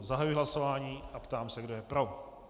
Zahajuji hlasování a ptám se, kdo je pro.